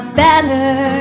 better